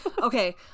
Okay